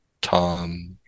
Tom